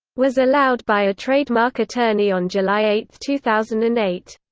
was allowed by a trademark attorney on july eight, two thousand and eight.